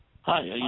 Hi